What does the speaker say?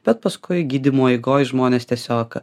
bet paskui gydymo eigoj žmonės tiesiog